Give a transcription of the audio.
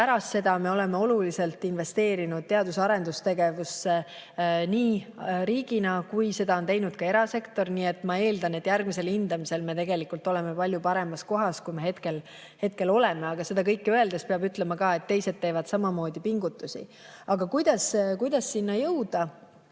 Pärast seda me oleme oluliselt investeerinud teadus- ja arendustegevusse riigina ning seda on teinud ka erasektor. Nii et ma eeldan, et järgmisel hindamisel me tegelikult oleme palju paremal kohal kui hetkel. Samas seda teades peab ütlema ka, et teised teevad samamoodi pingutusi. Aga kuidas sinna jõuda?